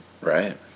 Right